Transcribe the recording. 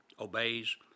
obeys